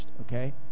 Okay